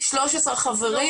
כמה חברי מועצה יש בשוהם?